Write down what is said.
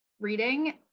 reading